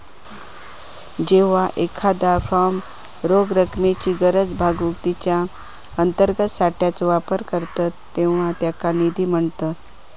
जेव्हा एखादा फर्म रोख रकमेची गरज भागवूक तिच्यो अंतर्गत साठ्याचो वापर करता तेव्हा त्याका निधी म्हणतत